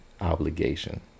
obligation